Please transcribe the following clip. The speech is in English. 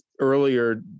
earlier